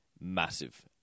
Massive